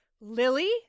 Lily